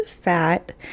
fat